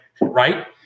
Right